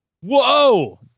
whoa